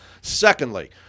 Secondly